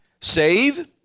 save